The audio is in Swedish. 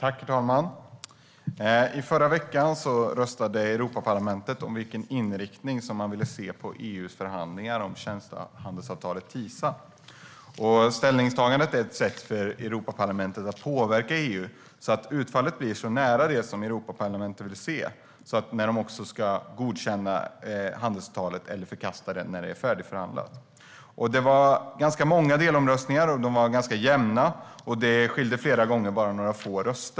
Herr talman! Förra veckan röstade Europaparlamentet om vilken inriktning man ville se på EU:s förhandlingar om tjänstehandelsavtalet TISA. Ställningstagandet är ett sätt för Europaparlamentet att påverka EU, så att utfallet blir så nära det som Europaparlamentet vill se. Man ska sedan godkänna det färdigförhandlade handelsavtalet eller förkasta det. Det var ganska många delomröstningar, och de var ganska jämna. Det skilde flera gånger bara några få röster.